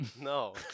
No